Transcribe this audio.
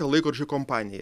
laikrodžių kompanija